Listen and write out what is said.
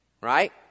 Right